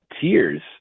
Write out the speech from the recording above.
tears